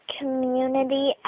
community